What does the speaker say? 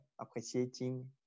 appreciating